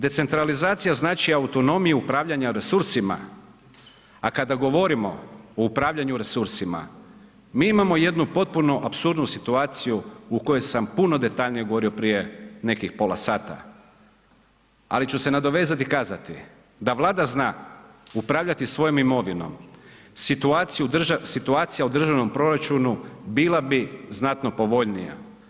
Decentralizacija znači autonomiju upravljanja resursima, a kada govorimo o upravljanju resursima mi imamo jednu potpuno apsurdnu situaciju u kojoj sam puno detaljnije govorio prije nekih pola sata, ali ću se nadovezati i kazati da Vlada zna upravljati svojom imovinom, situacija u državnom proračunu bila bi znatno povoljnija.